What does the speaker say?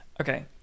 Okay